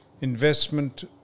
investment